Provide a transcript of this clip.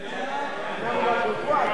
מספיק לבזבז.